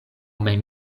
mem